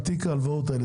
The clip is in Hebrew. על תיק ההלוואות האלה.